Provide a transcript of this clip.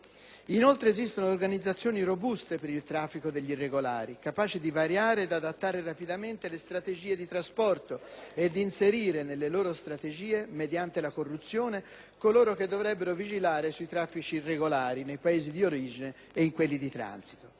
Inoltre esistono organizzazioni robuste per il traffico degli irregolari capaci di variare ed adattare rapidamente le strategie di trasporto e di inserire nelle loro strategie, mediante la corruzione, coloro che dovrebbero vigilare sui traffici irregolari nei Paesi di origine e in quelli di transito.